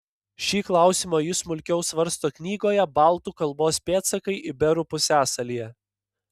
šį klausimą ji smulkiau svarsto knygoje baltų kalbos pėdsakai iberų pusiasalyje